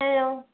hello